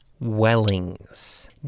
Wellings